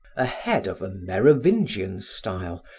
a head of a merovingian style,